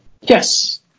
yes